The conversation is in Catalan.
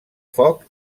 foc